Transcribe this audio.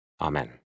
Amen